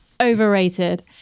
Overrated